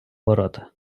ворота